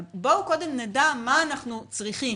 אבל בואו קודם נדע מה אנחנו צריכים.